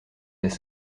des